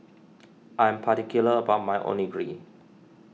I am particular about my Onigiri